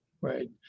right